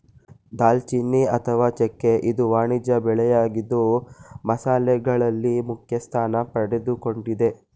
ದಾಲ್ಚಿನ್ನಿ ಅಥವಾ ಚೆಕ್ಕೆ ಇದು ವಾಣಿಜ್ಯ ಬೆಳೆಯಾಗಿದ್ದು ಮಸಾಲೆಗಳಲ್ಲಿ ಮುಖ್ಯಸ್ಥಾನ ಪಡೆದುಕೊಂಡಿದೆ